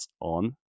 On